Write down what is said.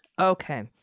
Okay